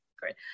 great